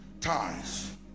ties